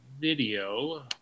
video